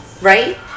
Right